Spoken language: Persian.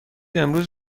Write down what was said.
امروز